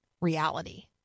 reality